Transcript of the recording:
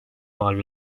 mal